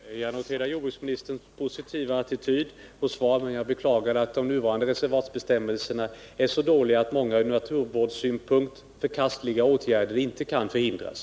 Herr talman! Jag noterar jordbruksministerns positiva attityd. Men jag beklagar att de nuvarande reservatsbestämmelserna är så dåliga att många från naturvårdssynpunkt förkastliga åtgärder inte kan förhindras.